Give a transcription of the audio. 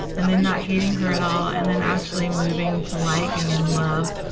and then not hating her at all, and then actually moving to like and then love,